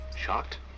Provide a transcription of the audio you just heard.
Shocked